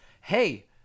hey